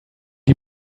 die